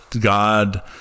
god